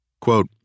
Quote